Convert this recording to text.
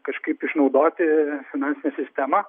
kažkaip išnaudoti finansinę sistemą